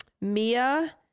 Mia